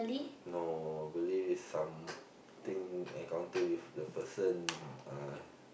no I believe is something encounter with the person uh